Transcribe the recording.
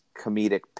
comedic